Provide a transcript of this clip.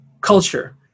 culture